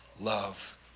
love